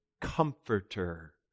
comforter